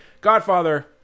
Godfather